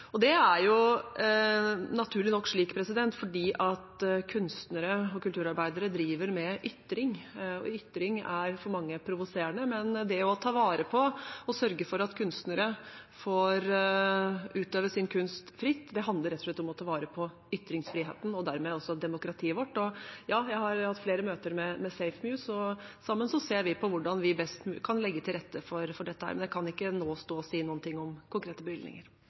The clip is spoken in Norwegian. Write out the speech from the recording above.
Det er naturlig nok slik fordi kunstnere og kulturarbeidere driver med ytring, og ytring er for mange provoserende. Men det å ta vare på og sørge for at kunstnere får utøve sin kunst fritt, handler rett og slett om å ta vare på ytringsfriheten, og dermed altså demokratiet vårt. Og ja, jeg har hatt flere møter med SafeMUSE, og sammen ser vi på hvordan vi best kan legge til rette for dette, men jeg kan ikke nå si noe om konkrete bevilgninger.